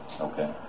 okay